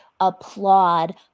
applaud